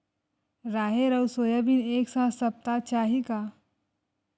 राहेर अउ सोयाबीन एक साथ सप्ता चाही का?